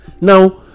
Now